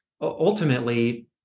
ultimately